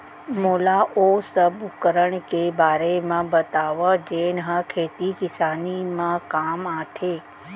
मोला ओ सब उपकरण के बारे म बतावव जेन ह खेती किसानी म काम आथे?